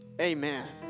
Amen